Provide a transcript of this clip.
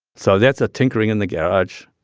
so that's our tinkering in the garage.